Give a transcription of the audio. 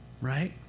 Right